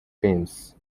games